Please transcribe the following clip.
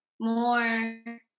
more